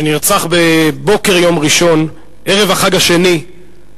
שנרצח בבוקר יום ראשון, ערב החג השני,